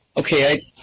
okay.